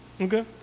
okay